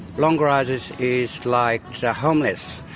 long grassers is like so homeless,